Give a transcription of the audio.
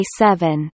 seven